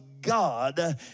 God